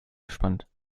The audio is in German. gespannt